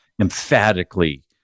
emphatically